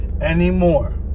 anymore